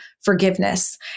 forgiveness